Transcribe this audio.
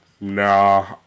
Nah